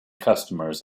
customers